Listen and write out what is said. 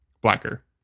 blacker